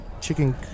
chicken